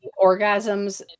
orgasms